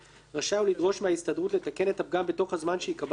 רשאי הוא לדרוש מההסתדרות לתקן את הפגם בתוך הזמן שייקבע לכך,